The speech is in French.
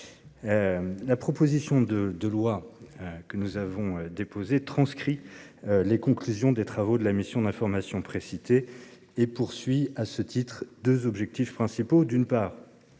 proposition de loi tend à transcrire les conclusions des travaux de la mission d'information précitée et vise à ce titre deux objectifs principaux